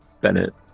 Bennett